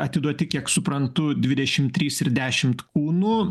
atiduoti kiek suprantu dvidešim trys ir dešimt kūnų